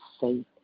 safe